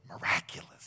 Miraculous